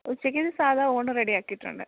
ഉച്ചയ്ക്ക് സാദാ ഊണ് റെഡി ആക്കിയിട്ടുണ്ട്